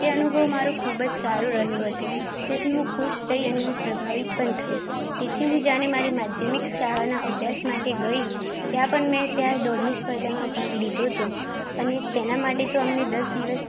એ અનુભવ મારે ખૂબ જ સારો રહ્યો હતો તેથી હું ખુશ થઇ અને હું પ્રભાવિત પણ થઈ તેથી હું જ્યારે મારી માધ્યમિક શાળાના અભ્યાસ માટે ગઈ ત્યાં પણ મેં ત્યાં દોડની સ્પર્ધામાં ભાગ લીધો હતો અને તેના માટે તો અમને દસ દિવસ